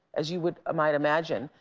as you would ah might imagine,